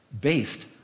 based